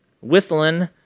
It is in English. whistling